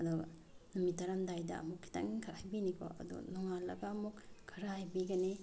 ꯑꯗꯣ ꯅꯨꯃꯤꯠ ꯇꯥꯔꯝꯗꯥꯏꯗ ꯑꯃꯨꯛ ꯈꯤꯇꯪꯈꯛ ꯍꯩꯕꯤꯅꯤꯀꯣ ꯑꯗꯣ ꯅꯣꯉꯥꯜꯂꯒ ꯑꯃꯨꯛ ꯈꯔ ꯍꯩꯕꯤꯒꯅꯤ